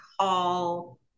call